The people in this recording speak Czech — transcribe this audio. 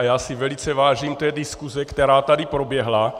Já si velice vážím té diskuse, která tady proběhla.